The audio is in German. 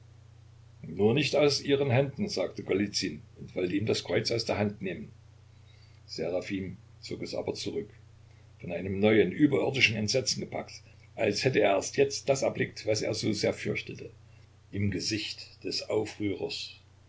nur nicht aus ihren händen sagte golizyn und wollte ihm das kreuz aus der hand nehmen seraphim zog es aber zurück von einem neuen überirdischen entsetzen gepackt als hätte er erst jetzt das erblickt was er so sehr fürchtete im gesicht des aufrührers